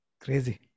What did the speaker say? Crazy